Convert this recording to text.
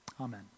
Amen